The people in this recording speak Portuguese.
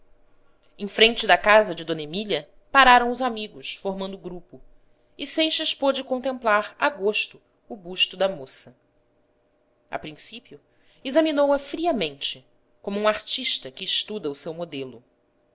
em frente da casa de d emília pararam os amigos formando grupo e seixas pôde contemplar a gosto o busto da moça a princípio examinou-a friamente como um artista que estuda o seu modelo